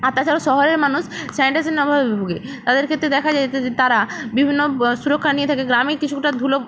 আর তাছাড়া শহরের মানুষ স্যানিটেশনের অভাবে ভোগে তাদের ক্ষেত্রে দেখা যায় যে তারা বিভিন্ন সুরক্ষা নিয়ে থাকে গ্রামে কিছুটা ধুলো